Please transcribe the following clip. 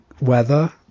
weather